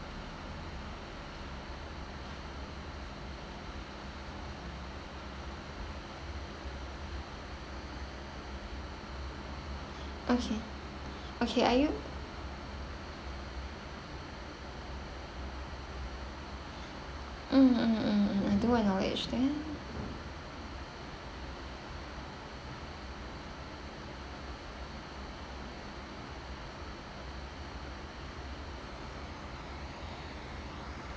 okay okay are you mm mm mm mm I do acknowledge then